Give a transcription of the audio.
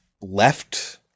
left